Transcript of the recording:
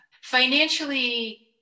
Financially